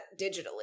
digitally